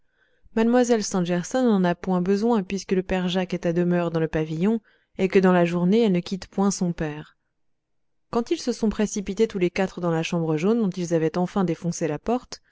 mlle stangerson n'en a point besoin puisque le père jacques est à demeure dans le pavillon et que dans la journée elle ne quitte point son père quand ils se sont précipités tous les quatre dans la chambre jaune dont ils avaient enfin défoncé la porte